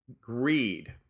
greed